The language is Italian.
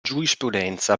giurisprudenza